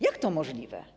Jak to możliwe?